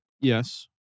Yes